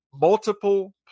multiple